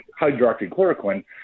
hydroxychloroquine